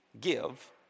give